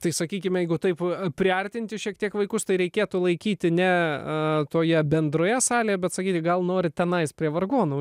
tai sakykime jeigu taip priartinti šiek tiek vaikus tai reikėtų laikyti ne toje bendroje salėje bet sakyti gal nori tenai prie vargonų